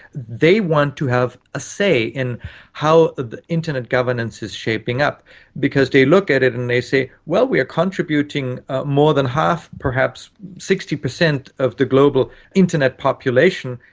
they want to have a say in how internet governance is shaping up because they look at it and they say, well, we are contributing more than half, perhaps sixty percent of the global internet population,